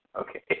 Okay